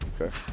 okay